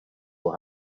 will